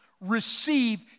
receive